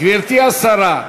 גברתי השרה,